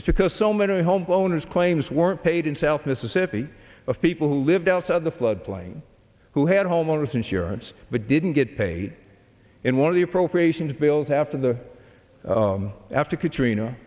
this because so many homeowners claims weren't paid in south mississippi of people who lived outside the flood plain who had homeowner's insurance but didn't get paid in one of the appropriations bills after the after katrina